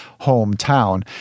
hometown